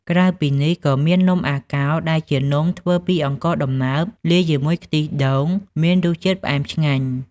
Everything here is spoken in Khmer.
ក្រៅពីនេះ ក៏មាន នំអាកោ ដែលជានំធ្វើពីអង្ករដំណើបលាយជាមួយខ្ទិះដូងមានរសជាតិផ្អែមឆ្ងាញ់។